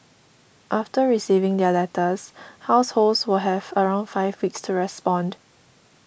after receiving their letters households will have around five weeks to respond